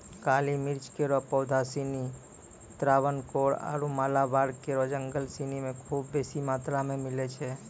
काली मिर्च केरो पौधा सिनी त्रावणकोर आरु मालाबार केरो जंगल सिनी म खूब बेसी मात्रा मे मिलै छै